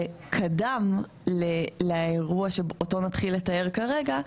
שקדם לאירוע שאותו נתחיל לתאר כרגע,